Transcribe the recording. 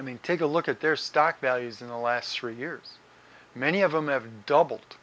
i mean take a look at their stock values in the last three years many of them have doubled